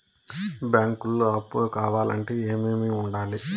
బ్యాంకులో అప్పు కావాలంటే ఏమేమి ఉండాలి?